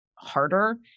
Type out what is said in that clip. Harder